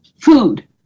food